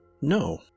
No